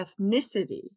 ethnicity